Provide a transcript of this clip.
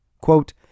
Quote